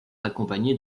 accompagnée